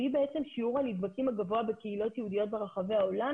שיעור הנדבקים הגבוה בקהילות יהודיות ברחבי העולם